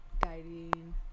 guiding